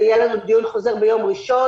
ויהיה לנו דיון חוזר ביום ראשון,